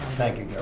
thank you,